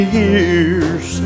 years